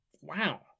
wow